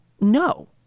No